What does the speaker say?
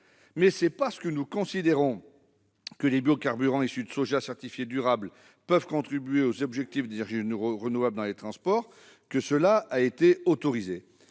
Mais c'est parce que nous considérons que les biocarburants issus de soja certifié durable peuvent contribuer aux objectifs d'énergies renouvelables dans les transports qu'une telle